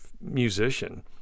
musician